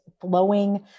flowing